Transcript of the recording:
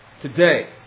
Today